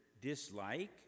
dislike